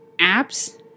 apps